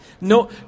No